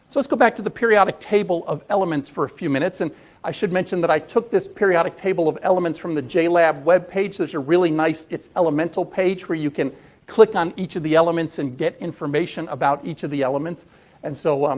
let's go back to the periodic table of elements for a few minutes. and i should mention that i took this periodic table of elements from the jlab webpage. there's a really nice it's elemental page where you can click on each of the elements and get information about each of the elements and so, um,